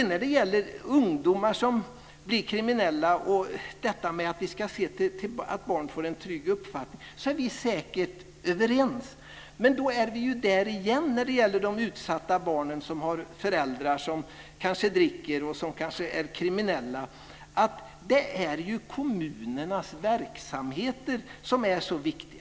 När det gäller ungdomar som blir kriminella och detta med att vi ska se till att barn får en trygg uppväxt är vi säkert överens. Men då är vi där igen när det gäller de utsatta barnen som har föräldrar som dricker och som kanske är kriminella, att det är kommunernas verksamheter som är så viktiga.